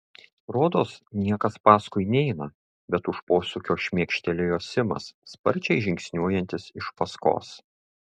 rodos niekas paskui neina bet už posūkio šmėkštelėjo simas sparčiai žingsniuojantis iš paskos